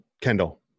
Kendall